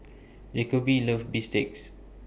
Jacoby loves Bistakes